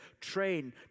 Train